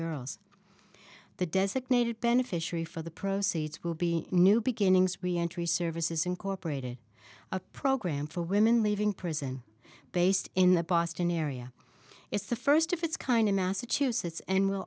girls the designated beneficiary for the proceeds will be new beginnings we entry services incorporated a program for women leaving prison based in the boston area is the first of its kind in massachusetts and will